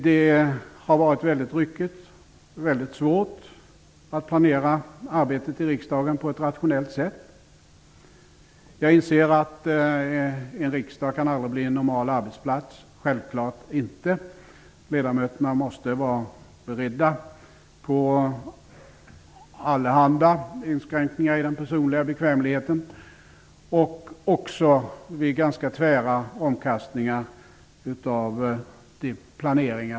Det har varit väldigt ryckigt och väldigt svårt att planera arbetet i riksdagen på ett rationellt sätt. Jag inser att en riksdag aldrig kan bli en normal arbetsplats -- självklart inte. Ledamöterna måste vara beredda på allehanda inskränkningar i den personliga bekvämligheten och även på ganska tvära omkastningar i sin planering.